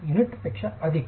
unit पेक्षा अधिक